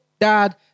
dad